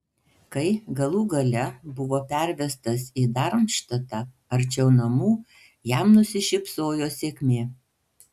kai galų gale buvo pervestas į darmštatą arčiau namų jam nusišypsojo sėkmė